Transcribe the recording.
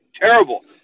terrible